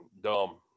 dumb